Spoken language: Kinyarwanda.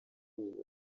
ubuntu